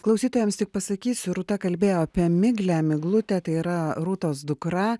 klausytojams tik pasakysiu rūta kalbėjo apie miglę miglutę tai yra rūtos dukra